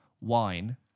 wine